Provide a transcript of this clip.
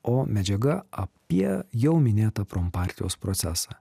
o medžiaga apie jau minėtą prompartijos procesą